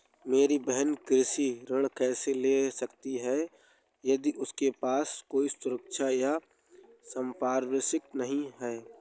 मेरी बहिन कृषि ऋण कैसे ले सकती है यदि उसके पास कोई सुरक्षा या संपार्श्विक नहीं है?